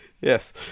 Yes